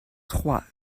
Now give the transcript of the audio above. trois